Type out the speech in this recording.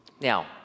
Now